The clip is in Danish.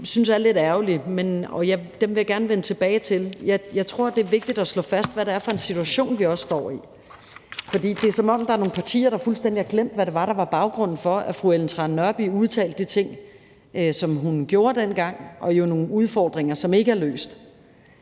jeg egentlig er lidt ærgerligt, og dem vil jeg gerne vende tilbage til. Jeg tror, at det er vigtigt at slå fast, hvad det er for en situation, vi også står i, for det er, som om der er nogle partier, der fuldstændig har glemt, hvad det var, der var baggrunden for, at fru Ellen Trane Nørby udtalte de ting, som hun gjorde dengang, om nogle udfordringer, som ikke er løst.